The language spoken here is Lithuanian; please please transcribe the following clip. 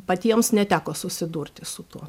patiems neteko susidurti su tuo